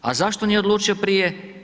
A zašto nije odlučio prije?